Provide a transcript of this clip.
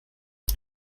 der